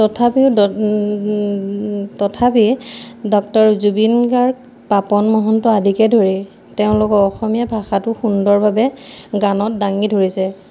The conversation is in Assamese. তথাপিও তথাপি ডক্টৰ জুবিন গাৰ্গ পাপন মহন্ত আদিকে ধৰি তেওঁলোকে অসমীয়া ভাষাটো সুন্দৰভাৱে গানত দাঙি ধৰিছে